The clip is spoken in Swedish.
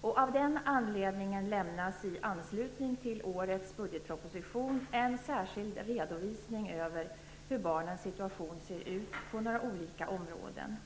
Av den anledningen lämnas, i anslutning till årets budgetproposition, en särskild redovisning över hur barnens situation ser ut på några olika områden.